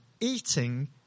eating